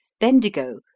Bendigo